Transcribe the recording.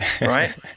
Right